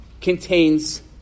contains